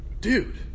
Dude